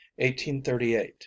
1838